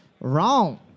wrong